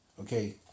Okay